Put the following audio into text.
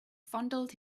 fondled